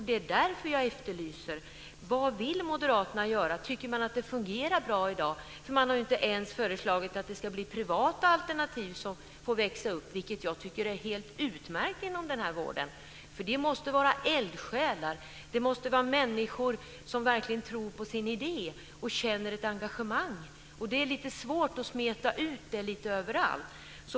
Det är därför jag efterlyser vad Moderaterna vill göra. Tycker man att det fungerar bra i dag? Man har ju inte ens föreslagit att privata alternativ ska få växa upp, vilket jag tycker är helt utmärkt inom den här vården. Här måste det till eldsjälar. Det måste vara människor som verkligen tror på sin idé och känner engagemang. Det är lite svårt att smeta ut det lite överallt.